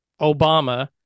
Obama